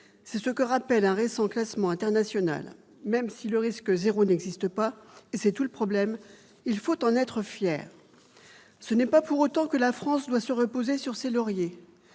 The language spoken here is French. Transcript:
C'est ce que rappelle un récent classement international. Même si le risque zéro n'existe pas, et c'est tout le problème, il faut en être fier. Ce n'est pas pour autant que la France doit se reposer sur ses lauriers.